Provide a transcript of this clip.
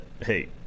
hey